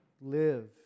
live